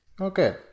Okay